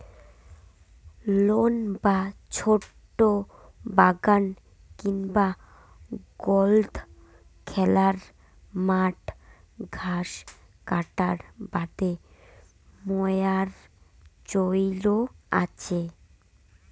loan বা ছোট বাগান কিংবা গল্ফ খেলার মাঠত ঘাস কাটার বাদে মোয়ার চইল আচে